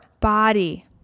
body